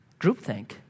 Groupthink